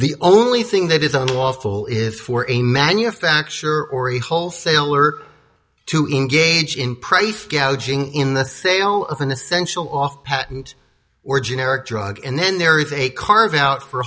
the only thing that is unlawful is for a manufacturer or a wholesaler to engage in price gouging in the sale of an essential off patent or generic drug and then there is a carve out for